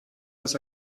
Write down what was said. das